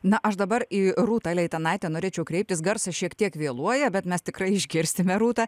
na aš dabar į rūtą leitenaitę norėčiau kreiptis garsas šiek tiek vėluoja bet mes tikrai išgirsime rūtą